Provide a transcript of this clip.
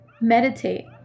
meditate